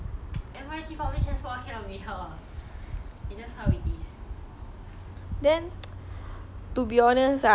then to be honest ah you scared or not like you in M_R_T then people sit so close to you